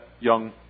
young